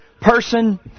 person